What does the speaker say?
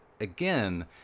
again